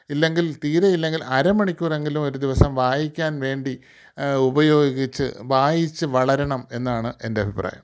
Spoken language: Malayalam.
ഇല്ലെങ്കിൽ തീരെ ഇല്ലെങ്കിൽ അര മണിക്കൂറെങ്കിലും ഒരു ദിവസം വായിക്കാൻ വേണ്ടി ഉപയോഗിച്ച് വായിച്ച് വളരണം എന്നാണ് എൻറെ അഭിപ്രായം